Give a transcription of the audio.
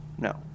No